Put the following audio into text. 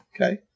Okay